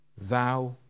thou